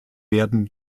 werden